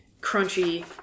crunchy